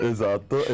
Esatto